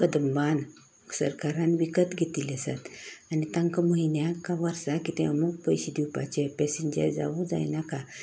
कदंबान सराकारान विकत घेतिल्ली आसात आनी तांकां म्हयन्याक का वर्सा कितें अमूक पयशे दिवपाचे पेसेंजर जावूं जायनाका